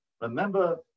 remember